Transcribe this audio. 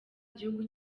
igihugu